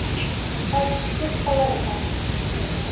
sir सिर्फ पलंग का